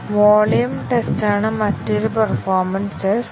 volume ടെസ്റ്റാണ് മറ്റൊരു performance test